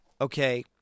okay